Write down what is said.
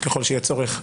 ככל שיהיה צורך,